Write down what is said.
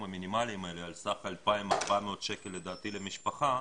המינימליים האלה על סך 2,400 לדעתי למשפחה,